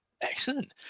Excellent